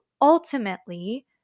ultimately